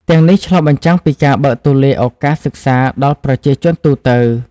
ទាំងនេះឆ្លុះបញ្ចាំងពីការបើកទូលាយឱកាសសិក្សាដល់ប្រជាជនទូទៅ។